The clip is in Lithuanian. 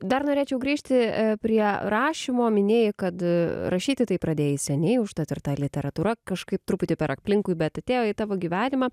dar norėčiau grįžti prie rašymo minėjai kad rašyti tai pradėjai seniai užtat ir ta literatūra kažkaip truputį per aplinkui bet atėjo į tavo gyvenimą